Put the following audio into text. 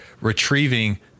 retrieving